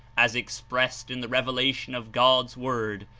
as expressed in the revelation of god's word,